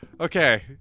Okay